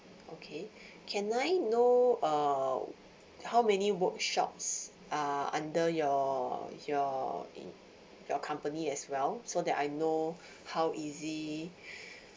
okay can I know err how many workshops are under your your your company as well so that I know how easy